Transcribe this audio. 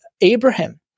Abraham